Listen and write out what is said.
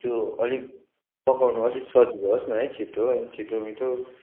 त्यो अलिक पकाउन अलिक सजिलो होस् न है छिटो अनि छिटो मिठो